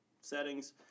settings